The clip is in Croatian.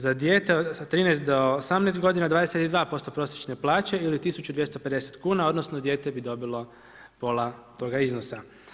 Za dijete 13 do 18 godina 22% prosječne plaće ili 1250 kuna, odnosno dijete bi dobilo pola toga iznosa.